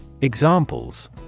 Examples